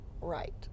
Right